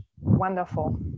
Wonderful